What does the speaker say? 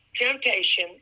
temptation